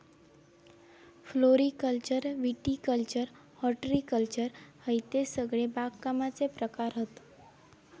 floriculture viticulture horticulture हयते सगळे बागकामाचे प्रकार हत